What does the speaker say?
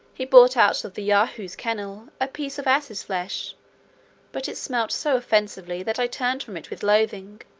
he brought out of the yahoos' kennel a piece of ass's flesh but it smelt so offensively that i turned from it with loathing